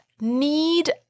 need